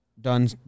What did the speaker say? done